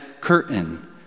curtain